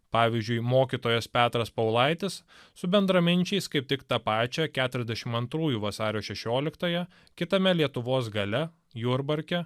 pavyzdžiui mokytojas petras paulaitis su bendraminčiais kaip tik tą pačią keturiasdešimt antrųjų vasario šešioliktąją kitame lietuvos gale jurbarke